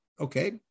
Okay